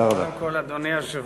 קודם כול, אדוני היושב-ראש,